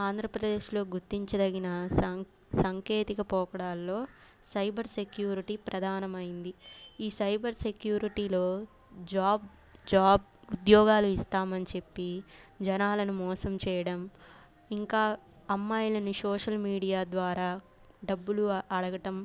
ఆంధ్రప్రదేశ్లో గుర్తించదగిన సాంకేతిక పోకడాల్లో సైబర్ సెక్యూరిటీ ప్రధానమైంది ఈ సైబర్ సెక్యూరిటీలో జాబ్ జాబ్ ఉద్యోగాలు ఇస్తామని చెప్పి జనాలను మోసం చేయడం ఇంకా అమ్మాయిలని సోషల్ మీడియా ద్వారా డబ్బులు అడగటం